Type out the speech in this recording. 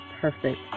perfect